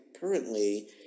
currently